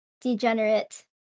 degenerate